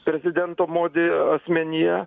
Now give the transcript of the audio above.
prezidento modi asmenyje